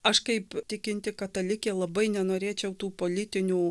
aš kaip tikinti katalikė labai nenorėčiau tų politinių